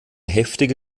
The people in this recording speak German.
heftige